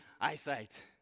eyesight